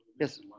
yes